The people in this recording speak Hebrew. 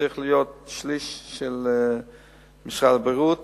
ההשתתפות בזה צריכה להיות שליש ממשרד הבריאות,